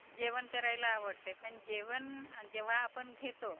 जेवण करायला आवडते पण जेवण जेव्हा आपण घेतो